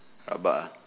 rabak ah